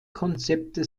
konzepte